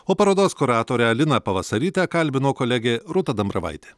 o parodos kuratorę aliną pavasarytę kalbino kolegė rūta dambravaitė